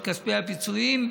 את כספי הפיצויים,